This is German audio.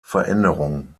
veränderungen